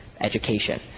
education